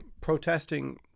protesting